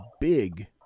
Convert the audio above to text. big